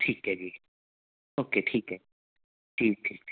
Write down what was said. ਠੀਕ ਹੈ ਜੀ ਓਕੇ ਠੀਕ ਹੈ ਠੀਕ ਠੀਕ ਠੀਕ